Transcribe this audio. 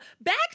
back